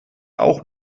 auch